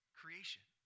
creation